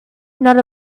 not